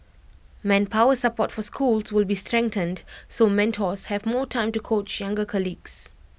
manpower support for schools will be strengthened so mentors have more time to coach younger colleagues